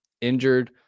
injured